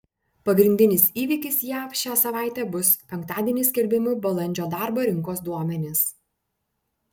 pagrindinis įvykis jav šią savaitę bus penktadienį skelbiami balandžio darbo rinkos duomenys